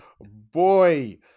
boy